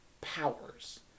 powers